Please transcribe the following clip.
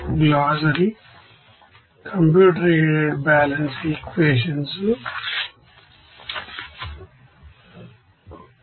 ఈ top product నుంచి స్వేదన ం చేయబడ్డ మొత్తం గంటకు 100 మోల్ గా మీకు తెలుసు అని మీరు చెప్పవచ్చు